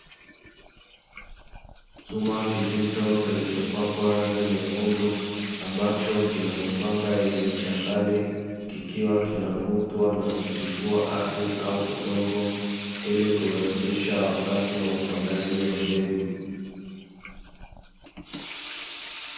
Chuma kizito kilichopakwa rangi nyekundu, ambacho kina mapanga yenye ncha kali, kikiwa kinavutwa na kutifua ardhi au udongo, ili kurahisisha wakati wa upandaji wa mbegu.